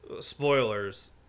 spoilers